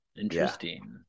Interesting